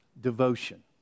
devotion